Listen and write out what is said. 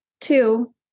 two